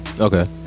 okay